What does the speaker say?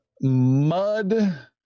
mud